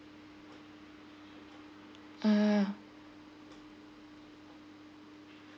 ah